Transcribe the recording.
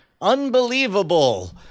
unbelievable